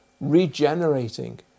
regenerating